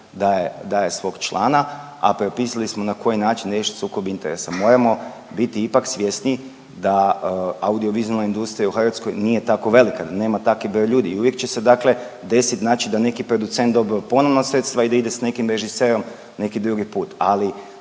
daje svog člana, a propisali smo na koji način riješit sukob interesa. Moramo biti ipak svjesni da audiovizualna industrija u Hrvatskoj nije tako velika, da nema taki broj ljudi i uvijek će se dakle desit znači da neki producent dobiva ponovno sredstva i da ide s nekim režiserom neki drugi put.